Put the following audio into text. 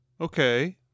okay